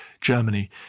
Germany